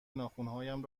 ناخنهایم